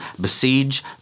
besiege